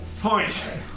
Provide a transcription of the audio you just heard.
point